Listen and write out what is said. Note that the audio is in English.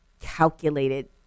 calculated